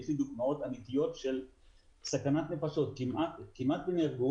יש לי דוגמאות אמיתיות של סכנת נפשות כאשר כמעט ונהרגו.